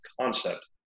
concept